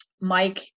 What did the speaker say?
Mike